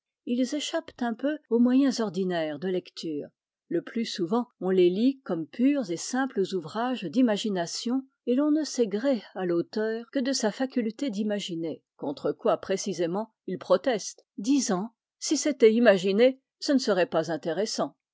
ils échappent un peu aux moyens ordinaires de lecture le plus souvent on les lit comme purs et simples ouvrages d'imagination et l'on ne sait gré à l'auteur que de sa faculté d'imaginer contre quoi précisément il proteste disant si c'était imaginé ce ne serait pas intéressant